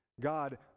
God